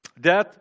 death